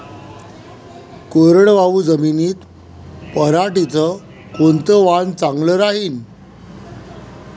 कोरडवाहू जमीनीत पऱ्हाटीचं कोनतं वान चांगलं रायीन?